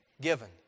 given